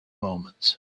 moments